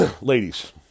Ladies